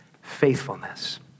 faithfulness